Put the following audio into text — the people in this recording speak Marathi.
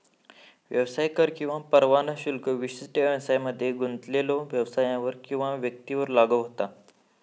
व्यवसाय कर किंवा परवाना शुल्क विशिष्ट व्यवसायांमध्ये गुंतलेल्यो व्यवसायांवर किंवा व्यक्तींवर लागू होता